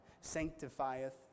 sanctifieth